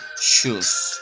shoes